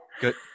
Good